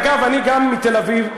אגב, גם אני מתל-אביב,